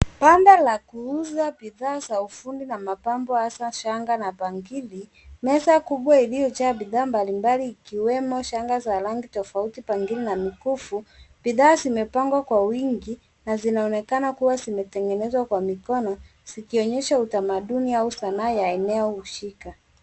Banda la kuuza bidhaa za ufundi na mapambo hasa shanga na bangili. Meza kubwa iliyojaa bidhaa mbalimbali ikiwemo shanga za rangi tofauti, bangili na mikufu. Bidhaa zimepangwa kwa wingi na zinaonekana kuwa zimetengenezwa kwa mikono zikionyesha utamaduni au Sanaa ya eneo husika.